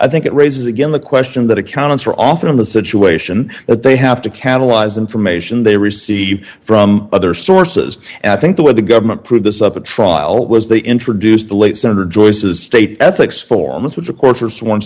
i think it raises again the question that accountants are often in the situation that they have to catalyze information they receive from other sources and i think the way the government through this of the trial was they introduced the late senator joyce a state ethics forms which of course